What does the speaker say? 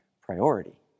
priority